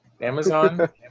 Amazon